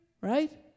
right